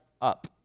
up